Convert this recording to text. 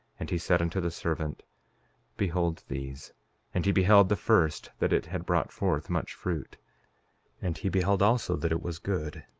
and he said unto the servant behold these and he beheld the first that it had brought forth much fruit and he beheld also that it was good.